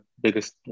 biggest